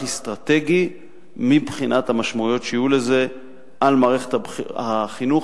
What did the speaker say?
אסטרטגי מבחינת המשמעויות שיהיו לזה על מערכת החינוך,